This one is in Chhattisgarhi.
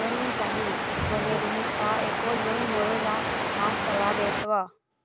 लोन चाही बोले रीहिस ता एको लोन मोरोला पास कर देतव?